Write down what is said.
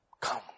Come